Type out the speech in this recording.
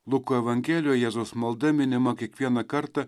luko evangelijoje jėzaus malda minima kiekvieną kartą